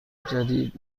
جدید